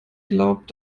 glaubt